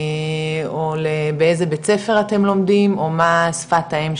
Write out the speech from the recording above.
או באיזה בית ספר אתם לומדים,